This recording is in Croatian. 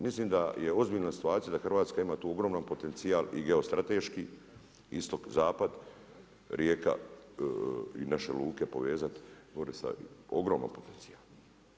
Mislim da je ozbiljna situacija da Hrvatska ima tu ogroman potencijal, i geostrateški, istok-zapad, Rijeka i naše luke povezat, ogroman potencijal.